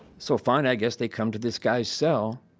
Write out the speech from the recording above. so fine. i guess they come to this guy's cell.